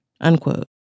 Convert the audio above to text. Unquote